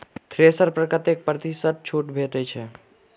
Thresher पर कतै प्रतिशत छूट भेटय छै?